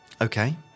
Okay